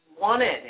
wanted